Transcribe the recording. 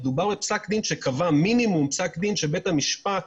מדובר בפסק דין שכשקבע אותו בית המשפט